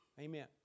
Amen